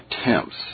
attempts